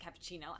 cappuccino